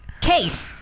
Kate